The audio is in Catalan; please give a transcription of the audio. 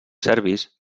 serbis